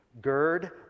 Gird